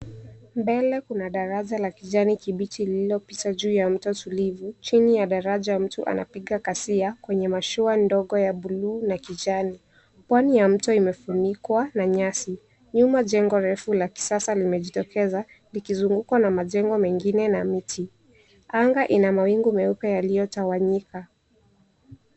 Mbele kuna daraja la kijani kibichi, lililopita juu ya mto tulivu. Chini ya daraja mtu anapiga kasia kwenye mashua ndogo ya buluu na kijani. Pwani ya mto imefunikwa na nyasi. Nyuma jengo refu la kisasa limejitokeza, likizungukwa na majengo mengine na miti. Anga ina mawingu meupe yaliyotawanyika.